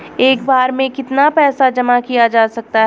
एक बार में कितना पैसा जमा किया जा सकता है?